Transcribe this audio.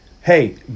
hey